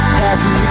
happy